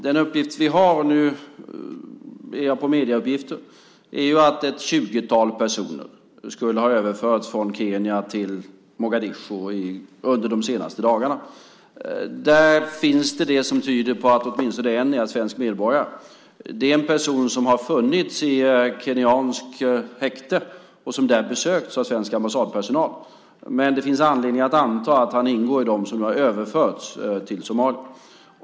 Den uppgift vi har - det är medieuppgifter - är att ett 20-tal personer skulle ha överförts från Kenya till Mogadishu under de senaste dagarna. Det finns det som tyder på att åtminstone en är svensk medborgare. Det är en person som har funnits i kenyanskt häkte och som där har besökts av svensk ambassadpersonal. Det finns anledning att anta att han är bland dem som nu har överförts till Somalia.